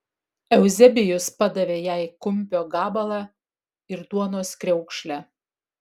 euzebijus padavė jai kumpio gabalą ir duonos kriaukšlę